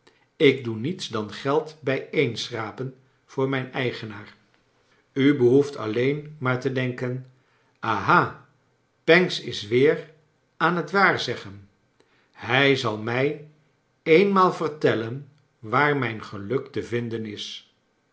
ik doe niets dan geld bijeenschrapen voor mijn eigenaar u behoeft alleen maar te denken aha pancks is weer aan het waarzeggen hij zal mij eenmaal vertellen waar mijn geluk te vinden is